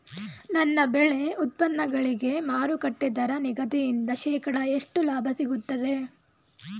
ನನ್ನ ಬೆಳೆ ಉತ್ಪನ್ನಗಳಿಗೆ ಮಾರುಕಟ್ಟೆ ದರ ನಿಗದಿಯಿಂದ ಶೇಕಡಾ ಎಷ್ಟು ಲಾಭ ಸಿಗುತ್ತದೆ?